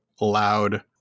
loud